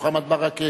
מוחמד ברכה,